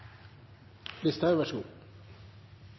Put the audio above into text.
Listhaug minister, så